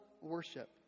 worship